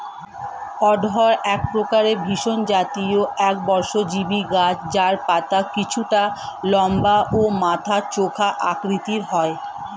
অড়হর একপ্রকার ভেষজ জাতীয় একবর্ষজীবি গাছ যার পাতা কিছুটা লম্বা ও মাথা চোখা আকৃতির হয়